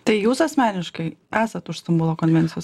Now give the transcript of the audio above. tai jūs asmeniškai esat už stambulo konvencijos